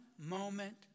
moment